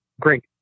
great